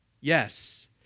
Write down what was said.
Yes